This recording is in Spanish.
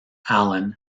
allan